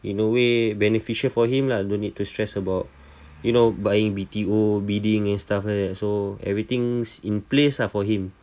in a way beneficial for him lah don't need to stress about you know buying B_T_O bidding and stuff like that so everything's in place ah for him